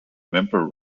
member